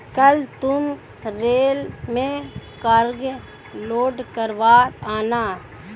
कल तुम रेल में कार्गो लोड करवा आना